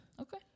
Okay